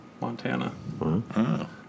Montana